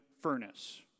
furnace